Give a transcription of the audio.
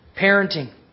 Parenting